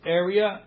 area